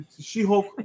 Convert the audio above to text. She-Hulk